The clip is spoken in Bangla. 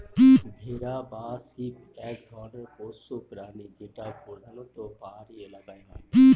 ভেড়া বা শিপ এক ধরনের পোষ্য প্রাণী যেটা প্রধানত পাহাড়ি এলাকায় হয়